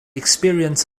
experience